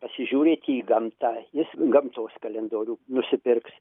pasižiūrėti į gamtą jis gamtos kalendorių nusipirks